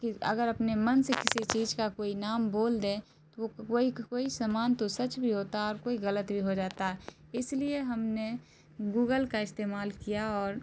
اگر اپنے من سے کسی چیز کا کوئی نام بول دیں تو وہ کوئی کوئی سامان تو سچ بھی ہوتا ہے اور کوئی غلط بھی ہو جاتا ہے اس لیے ہم نے گوگل کا استعمال کیا اور